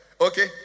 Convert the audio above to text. Okay